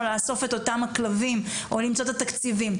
המועצה לאסוף את אותם הכלבים או למצוא את התקציבים.